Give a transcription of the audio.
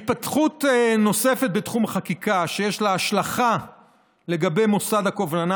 התפתחות נוספת בתחום החקיקה שיש לה השלכה לגבי מוסד הקובלנה